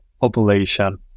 population